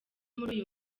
muri